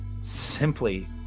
simply